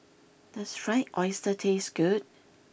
does Fried Oyster taste good